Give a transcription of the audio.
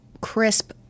crisp